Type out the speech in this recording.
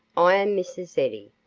i am mrs. eddy,